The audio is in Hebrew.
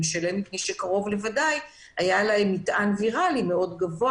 שלהם מפני שקרוב לוודאי שהיה להם מטען ויראלי מאוד גבוה